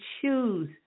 choose